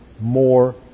more